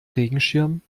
regenschirm